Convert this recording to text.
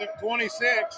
26